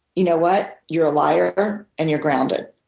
you know what? you're a liar and you're grounded.